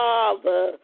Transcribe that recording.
Father